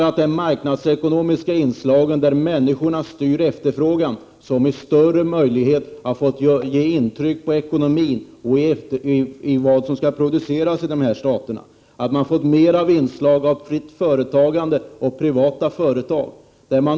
De marknadsekonomiska inslag där människor styr efterfrågan har fått större möjlighet att ge intryck på ekonomin och på vad som skall produceras i dessa stater. De har fått ökat inslag av fritt företagande och privata företag.